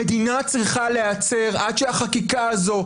המדינה צריכה להיעצר עד שהחקיקה הזאת,